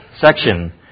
section